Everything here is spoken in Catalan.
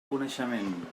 coneixement